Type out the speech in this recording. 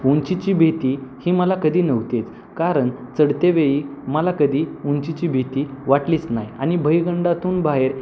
उंचीची भीती ही मला कधी नव्हतीच कारण चढतेवेळी मला कधी उंचीची भीती वाटलीच नाही आनि भयगंडातून बाहेर